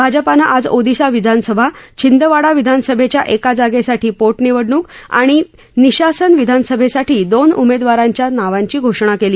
भाजपानं आज ओदिशा विधानसभा छिंदवाडा विधानसभेच्या एका जागेसाठी पोटनिवडणूक आणि निशासन विधानसभेसाठी दोन उमेदवारांच्या नावांची घोषणा केली